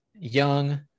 Young